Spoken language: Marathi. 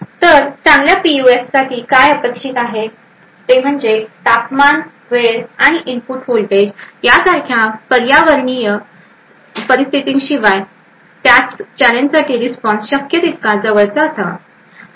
तर चांगल्या पीयूएफसाठी काय अपेक्षित आहे ते म्हणजे तापमान वेळ आणि इनपुट व्होल्टेज यासारख्या पर्यावरणीय परिस्थितींशिवाय त्याच चॅलेंजसाठी रिस्पॉन्स शक्य तितका जवळचा असावा